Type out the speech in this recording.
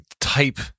type